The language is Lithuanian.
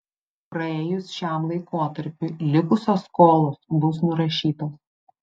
praėjus šiam laikotarpiui likusios skolos bus nurašytos